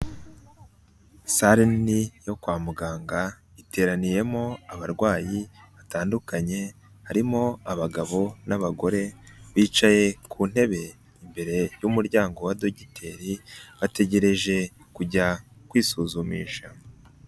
Sale nini yo kwa muganga, iteraniyemo abarwayi batandukanye, harimo abagabo n'abagore, bicaye ku ntebe imbere y'umuryango wa dogiteri, bategereje kujya kwisuzumisha.